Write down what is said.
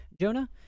Jonah